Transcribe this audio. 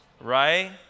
right